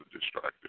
distracted